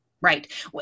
Right